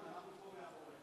נחמן, אנחנו פה מאחוריך.